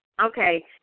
okay